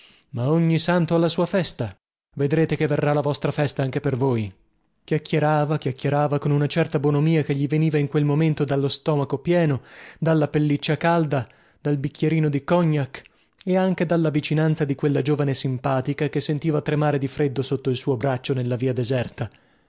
ma ogni santo ha la sua festa vedrete che verrà la vostra festa anche per voi chiacchierava chiacchierava con una certa bonomia che gli proveniva in quel momento dallo stomaco pieno dalla pelliccia calda dal bicchierino di cognac e anche dalla vicinanza di quella giovane simpatica che sentiva tremare di freddo sotto il suo braccio nella via deserta